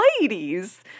ladies